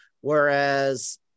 whereas